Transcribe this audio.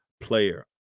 player